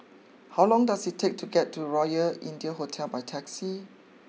how long does it take to get to Royal India Hotel by taxi